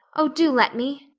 oh, do let me!